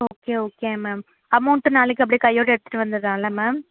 okay okay ma'am amount நாளைக்கு அப்படியே கையோட எடுத்துட்டு வந்துடலால மேம்